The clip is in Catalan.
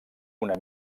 una